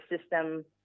system